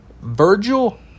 Virgil